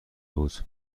بود